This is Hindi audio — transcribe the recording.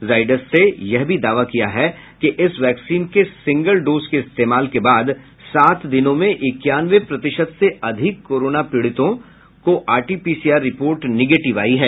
जाइडस से यह भी दावा किया है कि इस वैक्सीन के सिंगल डोज के इस्तेमाल बाद सात दिनों में इक्यानवे प्रतिशत से अधिक कोरोना पीड़ितों आरटीपीसीआर रिपोर्ट निगेटिव आयी है